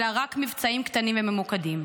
אלא רק מבצעים קטנים ומממוקדים?